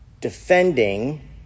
defending